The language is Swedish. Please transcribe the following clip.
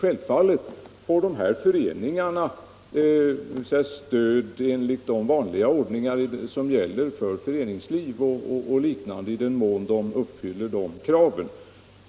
Självfallet får dessa föreningar stöd enligt den vanliga ordning som gäller för föreningsliv och liknande i den mån de uppfyller kraven.